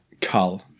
cull